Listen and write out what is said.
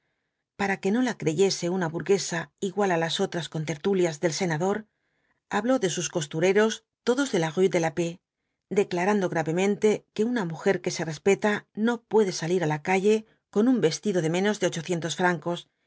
para que no la creyese una burguesa igual á las otras contertulias del senador habló de sus costureros todos de lrue de la paix declarando gravemente que una mujer que se respeta no puede salir á la calle con un vestido de menos de ochocientos francos